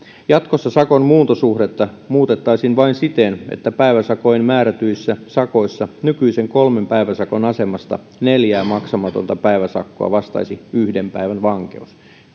jatkossa sakon muuntosuhdetta muutettaisiin vain siten että päiväsakoin määrätyissä sakoissa nykyisen kolmen päiväsakon asemasta neljää maksamatonta päiväsakkoa vastaisi yhden päivän vankeus